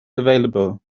available